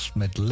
met